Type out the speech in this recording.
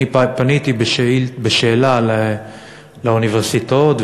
אני פניתי בשאלה לאוניברסיטאות,